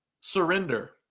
Surrender